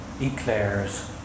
eclairs